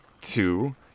two